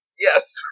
yes